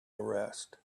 arrest